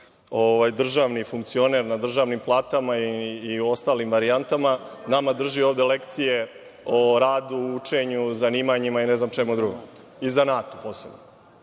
državni funkcioner na državnim platama i ostalim varijantama, nama drži ovde lekcije o radu, učenju, zanimanjima i ne znam čemu drugom i zanatu posebno. Dakle,